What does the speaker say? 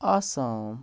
Assam